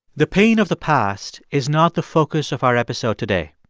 the pain of the past is not the focus of our episode today.